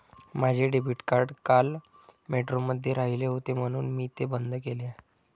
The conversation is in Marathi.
माझे डेबिट कार्ड काल मेट्रोमध्ये राहिले होते म्हणून मी ते बंद केले